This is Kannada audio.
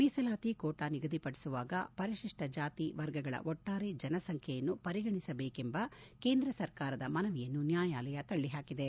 ಮೀಸಲಾತಿ ಕೋಟಾ ನಿಗದಿಪಡಿಸುವಾಗ ಪರಿಶಿಷ್ಟ ಜಾತಿ ವರ್ಗಗಳ ಒಟ್ಲಾರೆ ಜನಸಂಖ್ಲೆಯನ್ನು ಪರಿಗಣಿಸಬೇಕೆಂಬ ಕೇಂದ್ರ ಸರ್ಕಾರದ ಮನವಿಯನ್ನು ನ್ನಾಯಾಲಯ ತಳಿಹಾಕಿದೆ